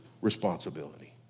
responsibility